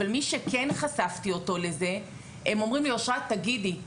אבל מי שכן חשפתי אותו לזה הם אומרים לי אשרת- תגידי,